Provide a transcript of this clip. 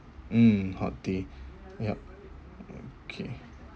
mm hot tea yup okay